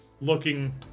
looking